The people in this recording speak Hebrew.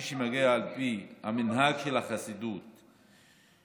מי שמגיע על פי המנהג של החסידות שלו,